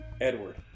Edward